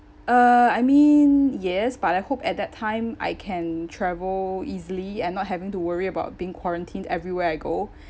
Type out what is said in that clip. uh I mean yes but I hope at that time I can travel easily and not having to worry about being quarantined everywhere I go